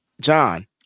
John